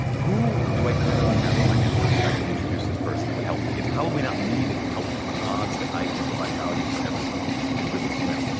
who do i currently have in my network that i could introduce this person that would help me. it's probably not me that could help them. the odds that i can provide value for everyone is really slim.